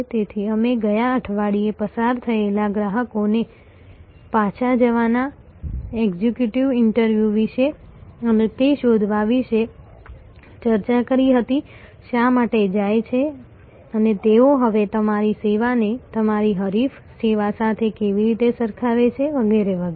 તેથી અમે ગયા અઠવાડિયે પસાર થયેલા ગ્રાહકોને પાછા જવાના એક્ઝિટ ઇન્ટરવ્યુ વિશે અને તે શોધવા વિશે ચર્ચા કરી હતી શા માટે જાય છે અને તેઓ હવે તમારી સેવાને તમારી હરીફ સેવા સાથે કેવી રીતે સરખાવે છે વગેરે વગેરે